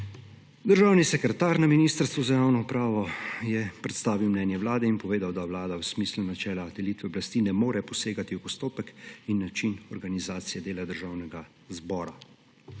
Državni sekretar na Ministrstvu za javno upravo je predstavil mnenje Vlade in povedal, da Vlada v smislu načela delitve oblasti ne more posegati v postopek in način organizacije dela Državnega zbora.